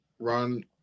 Run